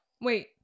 Wait